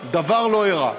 דבר לא אירע.